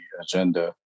agenda